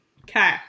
Okay